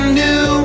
new